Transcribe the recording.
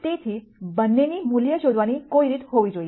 તેથી બંનેની મૂલ્ય શોધવાની કોઈ રીત હોવી જોઈએ